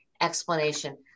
explanation